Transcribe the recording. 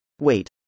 Wait